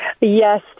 Yes